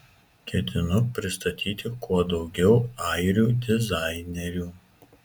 ketinu pristatyti kuo daugiau airių dizainerių